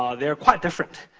um they're quite different,